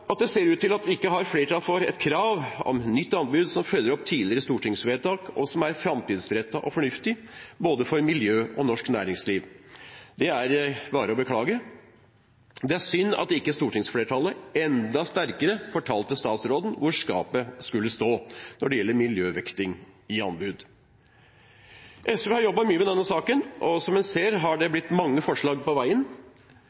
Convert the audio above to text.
Det ser ut til at vi ikke har flertall for et krav om nytt anbud som følger opp tidligere stortingsvedtak, og som er framtidsrettet og fornuftig både for miljø og for norsk næringsliv. Det er bare å beklage. Det er synd at ikke stortingsflertallet enda sterkere fortalte statsråden hvor skapet skulle stå når det gjelder miljøvekting i anbud. SV har jobbet mye med denne saken, og som en ser, er det